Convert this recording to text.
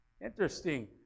Interesting